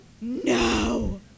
No